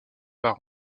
par